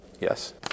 Yes